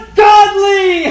godly